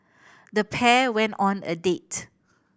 the pair went on a date